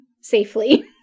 safely